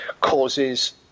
causes